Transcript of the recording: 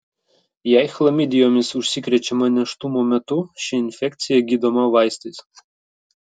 jei chlamidijomis užsikrečiama nėštumo metu ši infekcija gydoma vaistais